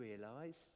realize